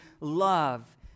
love